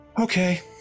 Okay